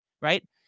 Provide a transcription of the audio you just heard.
right